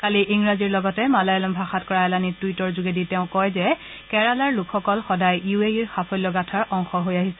কালি ইংৰাজীৰ লগতে মালায়ালম ভাষাত কৰা এলানি টুইটৰ যোগেদি তেওঁ কয় যে কেৰালাৰ লোকসকল সদায় ইউ এ ইৰ সাফল্য গাঁথাৰ অংশ হৈ আহিছে